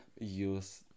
use